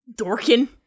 Dorkin